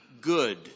good